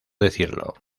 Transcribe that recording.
decirlo